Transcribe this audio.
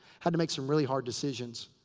had to make some really hard decisions.